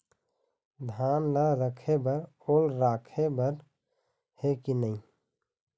धान ला रखे बर ओल राखे बर हे कि नई?